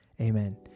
Amen